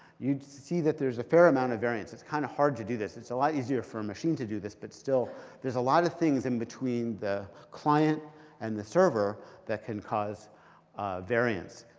you'd see that there's a fair amount of variance. it's kind of hard to do this. it's a lot easier for machine to do this, but still there's a lot of things in between the client and the server that can cause variance.